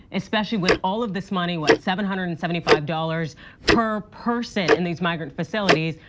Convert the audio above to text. especially with all of this money, what, seven hundred and seventy five dollars per person in these migrant facilities,